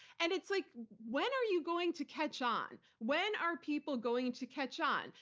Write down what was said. and it's like, when are you going to catch on? when are people going to catch on?